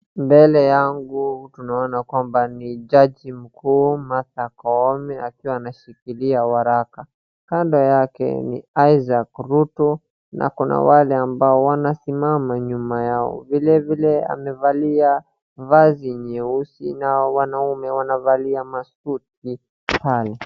Mbele yangu tunaona kwamba ni Jaji Mkuu Martha Koome akiwa anashikilia walaka; kando yake ni Isaac Ruto, na kuna wale ambao wanasimama nyuma yao. Vilevile, amevalia vazi nyeusi na wanume wanavalia masuti pale.